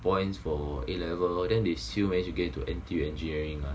points for A level orh then they still manage to get into N_T_U engineering lah